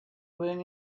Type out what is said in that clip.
when